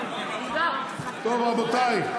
רבותיי,